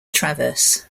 traverse